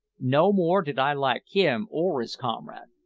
no more did i like him or his comrade.